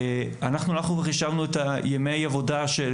אנחנו חישבנו את מינימום ימי העבודה לחופשות וימי חג של